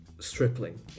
stripling